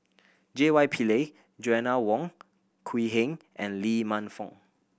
J Y Pillay Joanna Wong Quee Heng and Lee Man Fong